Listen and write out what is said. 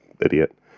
Idiot